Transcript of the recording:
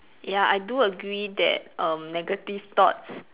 ya I do agree that um negative thoughts